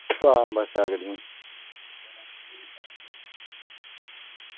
आं बस आं चार गड्डियां